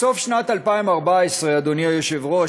בסוף שנת 2014, אדוני היושב-ראש,